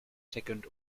second